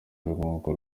urwunguko